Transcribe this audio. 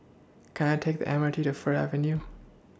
Can I Take The M R T to Fir Avenue